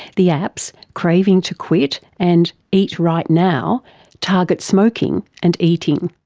the apps, craving to quit and eat right now targets smoking and eating.